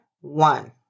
one